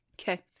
Okay